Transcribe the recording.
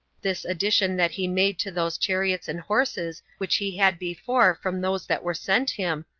this addition that he made to those chariots and horses which he had before from those that were sent him,